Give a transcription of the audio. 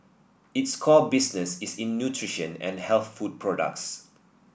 its core business is in nutrition and health food products